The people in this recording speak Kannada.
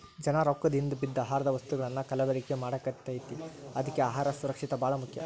ಜನಾ ರೊಕ್ಕದ ಹಿಂದ ಬಿದ್ದ ಆಹಾರದ ವಸ್ತುಗಳನ್ನಾ ಕಲಬೆರಕೆ ಮಾಡಾಕತೈತಿ ಅದ್ಕೆ ಅಹಾರ ಸುರಕ್ಷಿತ ಬಾಳ ಮುಖ್ಯ